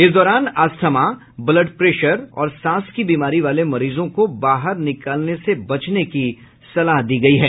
इस दौरान asthma blood pressure और सांस की बीमारी वाले मरीजों को बाहर निकालने से बचने की सलाह दी गई है